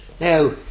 Now